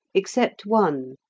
except one,